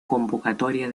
convocatoria